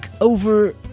over